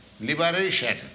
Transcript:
liberation